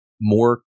more